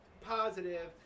positive